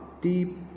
deep